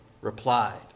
replied